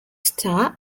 star